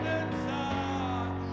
inside